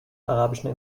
arabischen